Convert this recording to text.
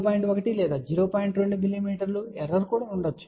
2 మిమీ ఎర్రర్ కూడా ఉండవచ్చు